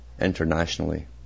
internationally